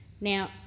Now